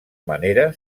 manera